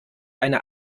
eine